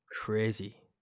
Crazy